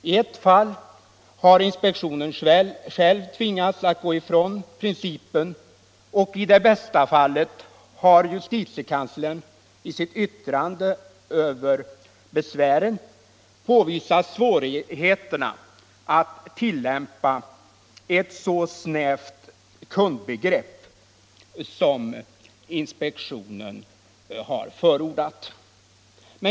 I ett fall har inspektionen själv tvingats att gå ifrån principen, och i Det Bästa-fallet har justitiekanslern i sitt yttrande över besvären påvisat svårigheterna att tillämpa ett så snävt kundbegrepp som inspektionen har förordat.